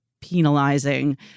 penalizing